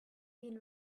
been